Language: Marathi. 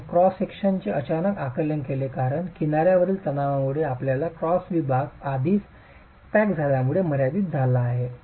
आपणास क्रॉस सेक्शनचे अचानक आकलन होते कारण किनार्यावरील तणावामुळे आपला क्रॉस विभाग आधीच क्रॅक झाल्यामुळे मर्यादित झाला आहे